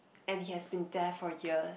and he has been there for years